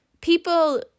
people